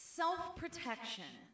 self-protection